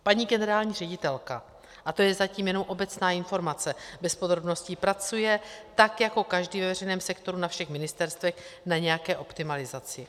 Paní generální ředitelka, a to je zatím jenom obecná informace bez podrobností, pracuje tak jako každý ve veřejném sektoru, na všech ministerstvech, na nějaké optimalizaci.